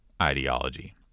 ideology